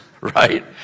Right